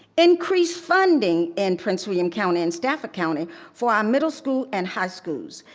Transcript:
increased funding in prince william county and stafford county for our middle school and high schools.